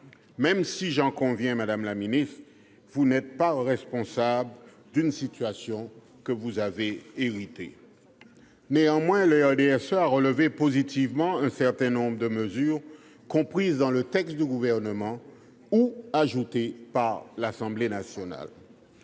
même si, j'en conviens, madame la ministre, vous n'êtes pas responsable d'une situation dont vous avez hérité. Le RDSE a toutefois relevé un certain nombre de mesures positives, comprises dans le texte du Gouvernement ou ajoutées par l'Assemblée nationale.